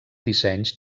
dissenys